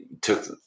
took